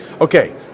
Okay